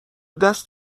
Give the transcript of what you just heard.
دست